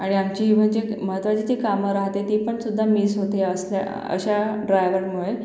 आणि आमची इव्हन जे महत्त्वाची जे काम रहाते ते पण सुद्धा मिस होते असल्या अशा ड्रायवरमुळे